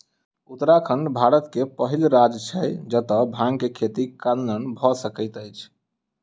उत्तराखंड भारत के पहिल राज्य छै जतअ भांग के खेती कानूनन भअ सकैत अछि